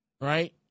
right